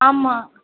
ஆமாம்